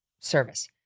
service